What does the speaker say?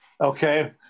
Okay